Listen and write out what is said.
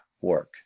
work